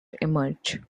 emerge